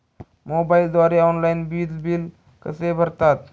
मोबाईलद्वारे ऑनलाईन वीज बिल कसे भरतात?